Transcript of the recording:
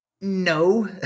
no